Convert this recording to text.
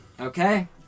Okay